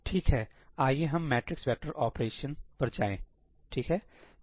ठीक है आइए हम मैट्रिक्स वेक्टर ऑपरेशन पर जाएंठीक है